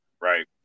right